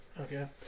Okay